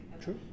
true